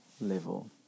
level